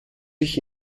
ich